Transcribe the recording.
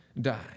die